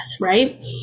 Right